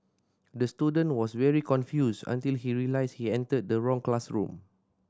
the student was very confused until he realised he entered the wrong classroom